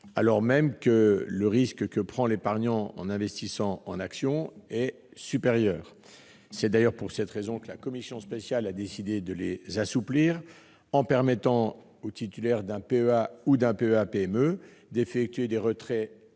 alors même que le risque pris par l'épargnant en investissant en actions est supérieur. C'est d'ailleurs pour cette raison que la commission spéciale a décidé de les assouplir, en permettant aux titulaires d'un PEA ou d'un PEA-PME d'effectuer des retraits après